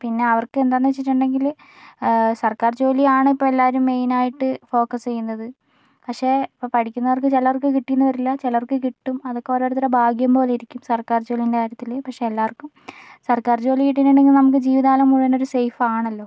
പിന്നെ അവർക്ക് എന്താന്ന് വെച്ചിട്ടുണ്ടെങ്കില് സർക്കാർ ജോലിയാണ് ഇപ്പൊൾ എല്ലാവരും മെയിനായിട്ട് ഫോക്കസ് ചെയ്യുന്നത് പക്ഷേ ഇപ്പം പഠിക്കുന്നവർക്ക് ചിലർക്ക് കിട്ടിയെന്ന് വരില്ല ചിലർക്ക് കിട്ടും അതൊക്കെ ഓരോരുത്തരുടെ ഭാഗ്യം പോലെ ഇരിക്കും സർക്കാർ ജോലിൻ്റെ കാര്യത്തില് പക്ഷേ എല്ലാർക്കും സർക്കാർ ജോലി കിട്ടീട്ടുണ്ടെങ്കിൽ നമുക്ക് ജീവിതകാലം മുഴുവനൊരു സേഫാണല്ലോ